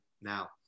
now